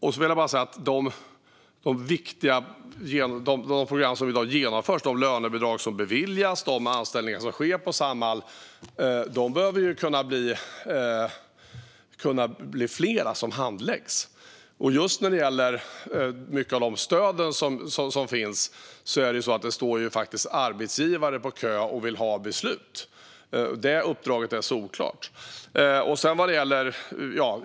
När det gäller de viktiga program som genomförs i dag, de lönebidrag som beviljas och de anställningar som görs på Samhall behöver fler kunna handläggas, och när det gäller många av de stöd som finns står det arbetsgivare på kö och vill ha beslut. Detta uppdrag är solklart.